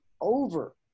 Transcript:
over